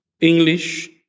English